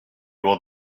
old